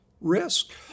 Risk